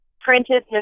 printed